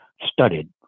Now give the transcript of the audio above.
studied